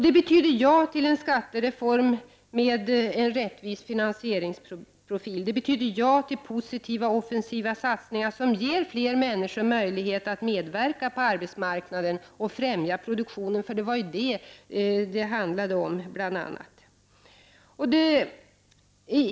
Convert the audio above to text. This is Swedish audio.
Det betyder ja till en skattereform med en rättvis finansieringsprofil och till positiva, offensiva satsningar som tillåter fler människor att medverka på arbetsmarknaden och främja produktionen — det var bl.a. det som var avsikten.